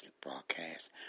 broadcast